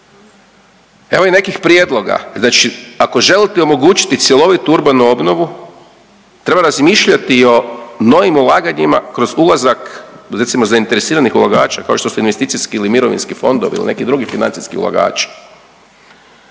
Evo i nekih prijedloga. Znači, ako želite omogućiti cjelovitu urbanu obnovu treba razmišljati i o novim ulaganjima kroz ulazak recimo zainteresiranih ulagača kao što su investicijski ili mirovinski fondovi ili neki drugi financijski ulagači.